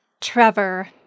Trevor